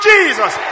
Jesus